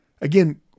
Again